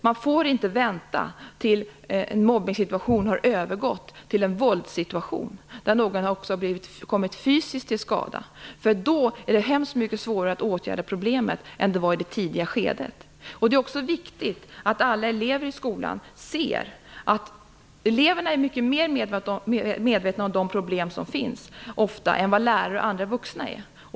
Man får inte vänta till dess en mobbningssituation har övergått till en våldssituation, där någon också kommit till fysisk skada. Då är det mycket svårare att åtgärda problemet än i det tidiga skedet. Det är också viktigt att alla elever i skolan ser vad som görs. Eleverna är ofta mycket mer medvetna om de problem som finns än vad lärare och andra vuxna är.